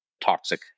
toxic